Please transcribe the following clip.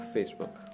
Facebook